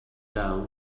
down